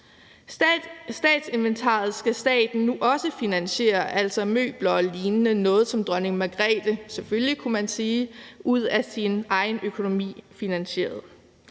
Statsinventaret skal staten nu også finansiere, altså møbler og lignende. Det er noget, som dronning Margrethe – selvfølgelig, kunne man sige – finansierede